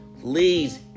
please